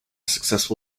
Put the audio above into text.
successful